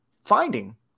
finding